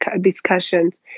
discussions